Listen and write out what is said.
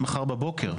מחר בבוקר.